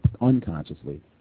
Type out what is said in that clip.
unconsciously